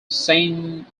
saint